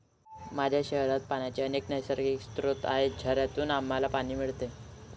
माझ्या शहरात पाण्याचे अनेक नैसर्गिक स्रोत आहेत, झऱ्यांतून आम्हाला पाणी मिळते